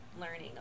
learning